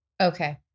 Okay